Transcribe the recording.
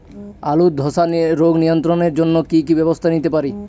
আলুর ধ্বসা রোগ নিয়ন্ত্রণের জন্য কি কি ব্যবস্থা নিতে পারি?